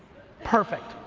perfect.